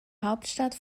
hauptstadt